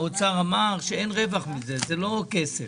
האוזן שלי רגישה, יש לי רק בקשה.